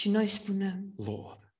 Lord